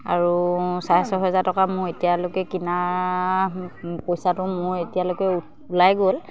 আৰু চাৰে ছয় হেজাৰ টকা মোৰ এতিয়ালৈকে কিনা পইচাটো মোৰ এতিয়ালৈকে ওলাই গ'ল